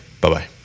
Bye-bye